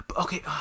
okay